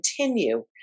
continue